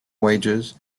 wages